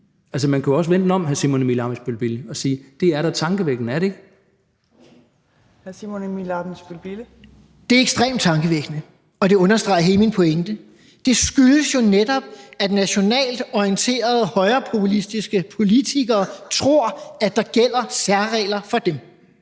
Kl. 11:37 Simon Emil Ammitzbøll-Bille (UFG): Det er ekstremt tankevækkende, og det understreger hele min pointe. Det skyldes jo netop, at nationalt orienterede højrepopulistiske politikere tror, at der gælder særregler for dem.